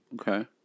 Okay